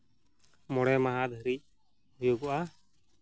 ᱢᱚᱬᱮ ᱢᱟᱦᱟ ᱫᱷᱟᱹᱨᱤᱡ ᱦᱩᱭᱩᱜᱚᱜᱼᱟ